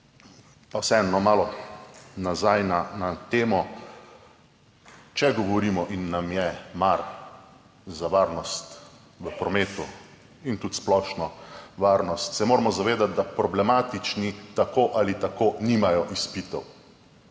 Pa vseeno malo nazaj na temo. Če govorimo in nam je mar za varnost v prometu in tudi splošno varnost, se moramo zavedati, da problematični tako ali tako nimajo izpitov.